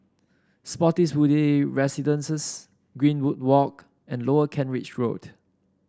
Spottiswoode Residences Greenwood Walk and Lower Kent Ridge Road